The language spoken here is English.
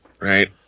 right